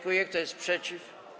Kto jest przeciw?